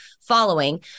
following